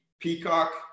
peacock